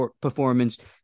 performance